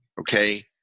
Okay